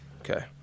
okay